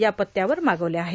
या पत्त्यावर मागवल्या आहेत